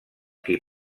qui